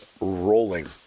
rolling